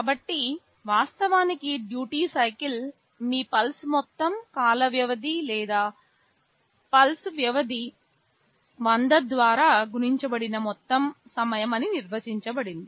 కాబట్టి వాస్తవానికి duty cycle మీ పల్స్ మొత్తం కాల వ్యవధి లేదా పల్స్ వ్యవధి 100 ద్వారా గుణించబడిన మొత్తం సమయం అని నిర్వచించబడింది